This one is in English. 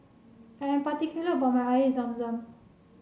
I am particular about my Air Zam Zam